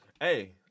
Hey